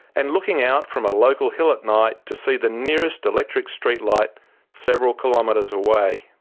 and looking out from a local hill at night to see the nearest electric streetlight several kilometres away.